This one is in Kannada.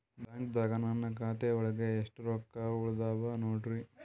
ಬ್ಯಾಂಕ್ದಾಗ ನನ್ ಖಾತೆ ಒಳಗೆ ಎಷ್ಟ್ ರೊಕ್ಕ ಉಳದಾವ ನೋಡ್ರಿ?